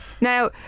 Now